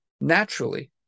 naturally